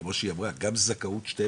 כמו שהיא אמרה, גם זכאות 12